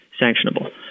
sanctionable